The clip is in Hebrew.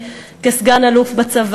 זאת רק חצי צמה,